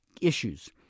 issues